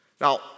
Now